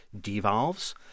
devolves